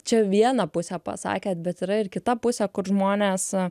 čia vieną pusę pasakėt bet yra ir kita pusė kur žmonės